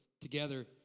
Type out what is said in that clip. together